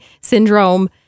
syndrome